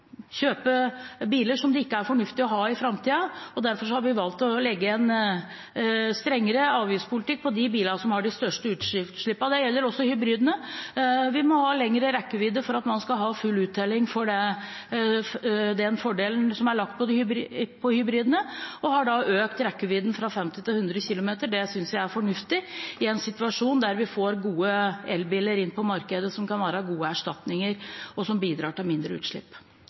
kjøpe biler som det ikke er fornuftig å ha i framtida. Derfor har vi valgt å legge en strengere avgiftspolitikk på de bilene som har de største utslippene, og det gjelder også hybridene. Vi må ha lengre rekkevidde for at man skal ha full uttelling for den fordelen som er lagt på hybridene, og har da økt rekkevidden fra 50 til 100 kilometer. Det synes jeg er fornuftig i en situasjon der vi får gode elbiler inn på markedet, som kan være gode erstatninger, og som bidrar til mindre utslipp.